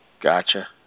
Gotcha